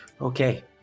Okay